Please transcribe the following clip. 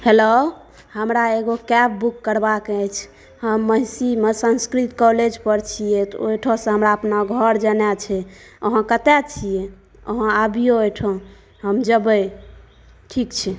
hello हमरा एगो cab book करबाक अछि हम महिषीमे संस्कृत कॉलेज पर छियै तऽ ओहिठामसॅं हमरा अपना घर जेना छै अहाँ कतय छियै अहाँ अबियो एहिठाम हम जेबै ठीक छै